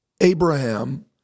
Abraham